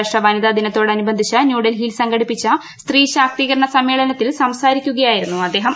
അന്താർ ീഷ്ട്ര വനിതാ ദിനത്തോടനുബർക്കൂച്ച് ന്യൂഡൽഹിയിൽ സംഘടിപ്പിച്ച സ്ത്രീ ശാക്തീകരണ ്സുദ്ധ്മേളനത്തിൽ സംസാരിക്കുകയായിരുന്നു അദ്ദേഹം